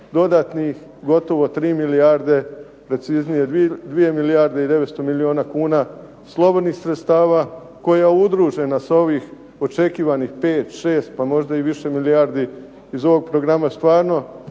dodatnih gotovo 3 milijarde, preciznije 2 milijarde i 900 milijuna kuna, slobodnih sredstava koja udružena sa ovih očekivanih 5,6 pa možda i više milijardi iz ovog programa stvarno